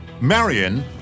Marion